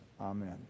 Amen